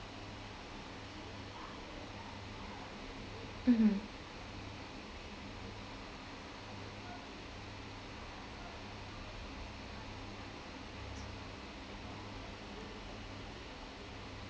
mmhmm